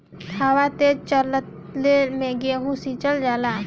हवा तेज चलले मै गेहू सिचल जाला?